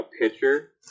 pitcher